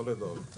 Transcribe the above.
לא לדאוג.